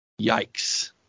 Yikes